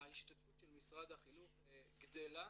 ההשתתפות של משרד החינוך גדלה,